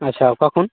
ᱟᱪᱪᱷᱟ ᱚᱠᱟ ᱠᱷᱚᱱ